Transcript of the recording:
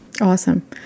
Awesome